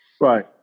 Right